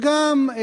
וגם,